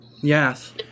Yes